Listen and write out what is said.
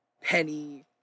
penny